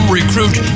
recruit